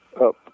up